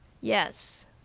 Yes